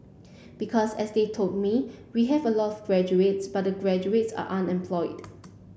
because as they told me we have a lot of graduates but the graduates are unemployed